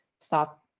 stop